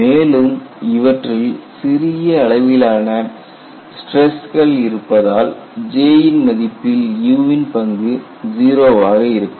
மேலும் இவற்றில் சிறிய அளவிலான ஸ்டிரஸ்கள் இருப்பதால் J யின் மதிப்பில் U ன் பங்கு 0 வாக இருக்கும்